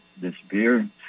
disappear